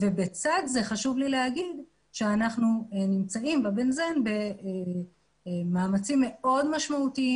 בצד זה חשוב לי לומר שאנחנו נמצאים ב-בנזן במאמצים מאוד משמעותיים